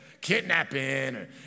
kidnapping